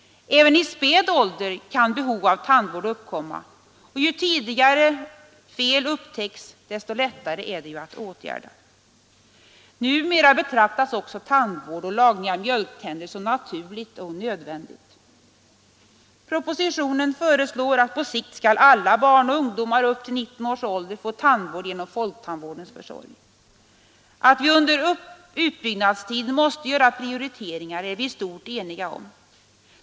Även i späd ålder kan behov av tandvård uppkomma, och ju tidigare fel upptäcks desto lättare är de att åtgärda. Numera betraktas också tandvård för små barn och lagning av mjölktänder som naturligt och nödvändigt. Propositionen föreslår att på sikt alla barn och ungdomar upp till 19 års ålder skall få tandvård genom folktandvårdens försorg. Att vi under utbyggnadstiden måste göra prioriteringar är vi i stort eniga om.